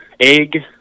egg